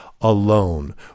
alone